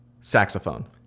saxophone